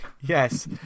yes